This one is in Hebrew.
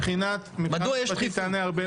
מדוע יש דחיפות?